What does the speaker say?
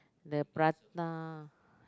the prata